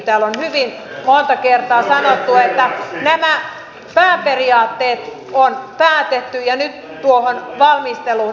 täällä on hyvin monta kertaa sanottu että nämä pääperiaatteet on päätetty ja nyt tuohon valmisteluun lähdetään